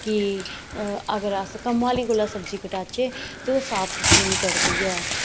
कि अगर अस कम्मै आह्ली कोला सब्जी कटाचै ते ओह् साफ सुथरी निं कट्टदी ऐ